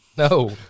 No